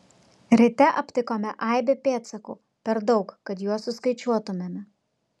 ryte aptikome aibę pėdsakų per daug kad juos suskaičiuotumėme